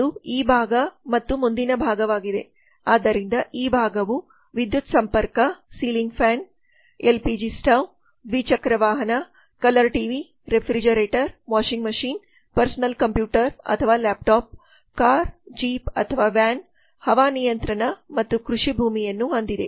ಅದು ಈ ಭಾಗ ಮತ್ತು ಮುಂದಿನ ಭಾಗವಾಗಿದೆ ಆದ್ದರಿಂದ ಈ ಭಾಗವು ವಿದ್ಯುತ್ ಸಂಪರ್ಕ ಸೀಲಿಂಗ್ ಫ್ಯಾನ್ ಎಲ್ಪಿಜಿ ಸ್ಟೌವ್LPG stove ದ್ವಿಚಕ್ರ ವಾಹನ colour ಟಿವಿರೆಫ್ರಿಜರೇಟರ್refrigerator washing machine personal computer ಅಥವಾ ಲ್ಯಾಪ್ಟಾಪ್or laptop ಕಾರು ಜೀಪ್ ಅಥವಾ ವ್ಯಾನ್car jeep or van ಹವಾನಿಯಂತ್ರಣ ಮತ್ತು ಕೃಷಿ ಭೂಮಿಯನ್ನು ಹೊಂದಿದೆ